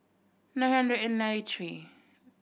nine hundred and ninety three